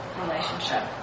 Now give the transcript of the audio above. relationship